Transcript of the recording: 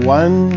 one